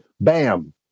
Bam